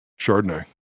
Chardonnay